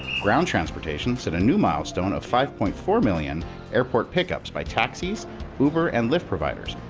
ground transportation set a new milestone of five point four million airport pickups by taxis uber and lyft providers,